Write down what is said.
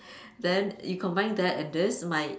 then you combine that and this might